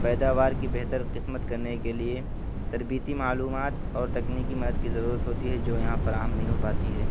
پیداوار کی بہتر قسمت کرنے کے لیے تربیتی معلومات اور تکنیکی مدد کی ضرورت ہوتی ہے جو یہاں فراہم نہیں ہو پاتی ہے